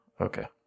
Okay